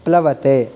प्लवते